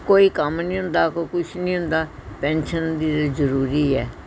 ਕੋਈ ਕੰਮ ਨਹੀਂ ਹੁੰਦਾ ਕੋਈ ਕੁਛ ਨਹੀਂ ਹੁੰਦਾ ਪੈਨਸ਼ਨ ਦੀ ਜ਼ਰੂਰੀ ਹੈ